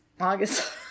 August